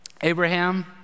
Abraham